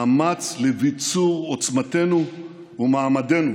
מאמץ לביצור עוצמתנו ומעמדנו